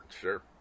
Sure